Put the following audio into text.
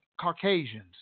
Caucasians